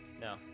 No